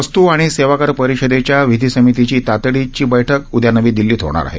वस्त आणि सेवाकर परिषदेच्या विधी समितीची तातडीची बैठकी उदया नवी दिल्ली इथं होणार आहे